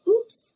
Oops